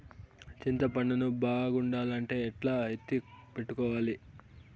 చింతపండు ను బాగుండాలంటే ఎట్లా ఎత్తిపెట్టుకోవాలి?